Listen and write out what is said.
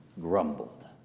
grumbled